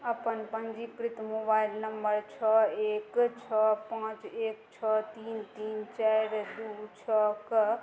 अपन पञ्जीकृत mobile number छओ एक छओ पाँच एक छओ तीन तीन चारि दू छओ कऽ